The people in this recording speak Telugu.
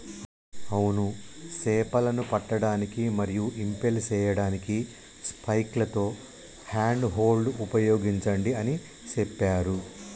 అవును సేపలను పట్టడానికి మరియు ఇంపెల్ సేయడానికి స్పైక్లతో హ్యాండ్ హోల్డ్ ఉపయోగించండి అని సెప్పారు